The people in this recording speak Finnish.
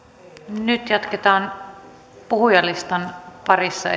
nyt jatketaan puhujalistan parissa